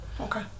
Okay